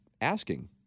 asking